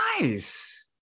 nice